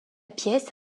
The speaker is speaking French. pièce